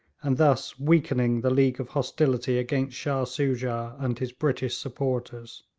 and thus weakening the league of hostility against shah soojah and his british supporters.